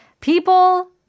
people